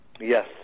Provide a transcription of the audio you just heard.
Yes